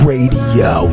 Radio